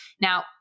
Now